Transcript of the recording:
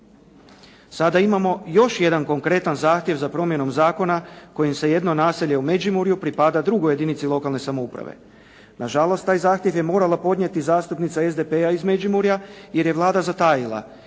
Sada imamo još jedan konkretan zahtjev za promjenom zakona kojim se jedno naselje u Međimurju pripaja drugoj jedinici lokalne samouprave. Nažalost, taj zahtjev je morala podnijeti zastupnica SDP-a iz Međimurja jer je Vlada zatajila.